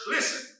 Listen